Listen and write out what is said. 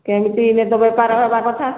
କେମିତି ହେଲେ ତ ବେପାର ହେବା କଥା